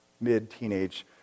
mid-teenage